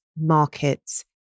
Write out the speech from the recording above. markets